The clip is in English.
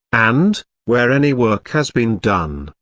and, where any work has been done,